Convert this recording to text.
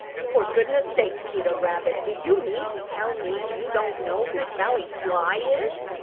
for goodness' sake, peter rabbit, do you mean to tell me you don't know who sally sly is?